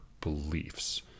beliefs